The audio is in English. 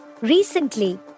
Recently